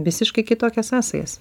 visiškai kitokias sąsajas